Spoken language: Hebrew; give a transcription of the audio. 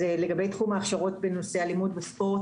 לגבי תחום ההכשרות בנושא אלימות בספורט,